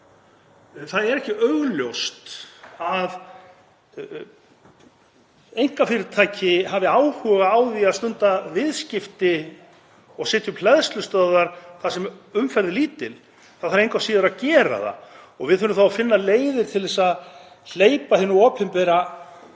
Það er ekki augljóst að einkafyrirtæki hafi áhuga á því að stunda viðskipti og setja upp hleðslustöðvar þar sem umferð er lítil. Það þarf engu að síður að gera það og við þurfum að finna leiðir til þess að hleypa hinu opinbera